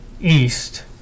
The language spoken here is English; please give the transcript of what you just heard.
east